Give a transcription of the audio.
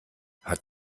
hat